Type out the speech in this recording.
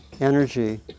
energy